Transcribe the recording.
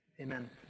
amen